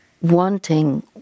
wanting